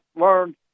learned